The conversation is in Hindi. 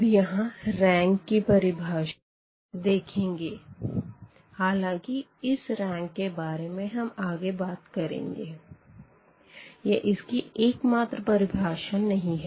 अब यहाँ रैंक की परिभाषा देंगे हालांकि की इस रैंक के बारे में हम आगे बात करेंगे यह इसकी एकमात्र परिभाषा नही है